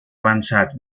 avançat